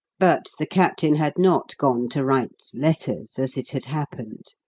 but the captain had not gone to write letters, as it had happened.